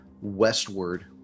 westward